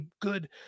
good